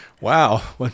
Wow